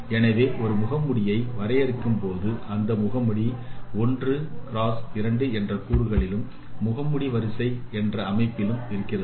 எனவே ஒரு முகமூடியை வரையறுக்கும் போது அந்த முகமூடி 1 x 2 என்ற கூறுகளிலும் முகமூடி வரிசை என்ற அமைப்பிலும் இருக்கிறது